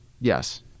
Yes